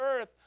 earth